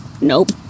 nope